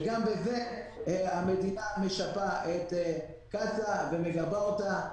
וגם בזה המדינה משפה את קצא"א ומגבה אותה.